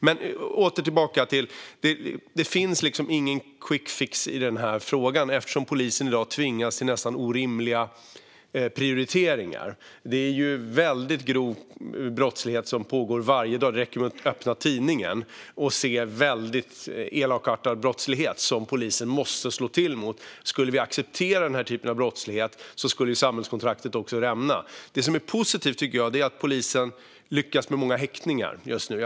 Det finns ingen quick fix i denna fråga eftersom polisen i dag tvingas till nästan orimliga prioriteringar. Det pågår mycket grov brottslighet varje dag; det räcker att öppna tidningen för att se den väldigt elakartade brottslighet som polisen måste slå till mot. Skulle vi acceptera denna typ av brottslighet skulle samhällskontraktet rämna. Positivt är att polisens arbete resulterar i många häktningar.